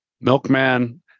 Milkman